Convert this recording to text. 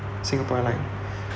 singapore airlines